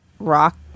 rock